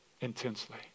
intensely